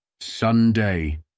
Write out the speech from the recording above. Sunday